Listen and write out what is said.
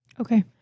Okay